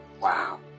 wow